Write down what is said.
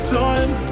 time